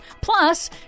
Plus